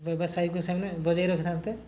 ବ୍ୟବସାୟକୁ ସେମାନେ ବଜାଇ ରଖିଥାନ୍ତେ